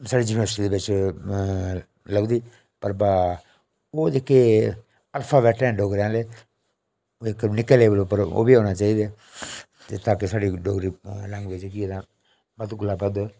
साढ़ी युनिवर्सिटी दे बिच्च लगदी पर बा हून जेह्के अल्फाबैट हैन डोगरे आह्ले ओह् इक निक्के लेवल उप्पर ओह् बी औने चाहि्दे ते ताकि साढ़ी डोगरी लैंग्वेज जेह्की ऐ ना बद्ध कोला बद्ध